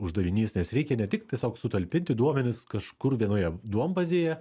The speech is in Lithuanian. uždavinys nes reikia ne tik tiesiog sutalpinti duomenis kažkur vienoje duombazėje